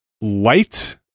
light